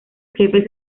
jefes